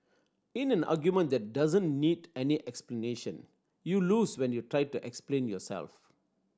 in an argument that doesn't need any explanation you lose when you try to explain yourself